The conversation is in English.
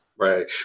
Right